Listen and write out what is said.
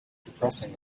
depressing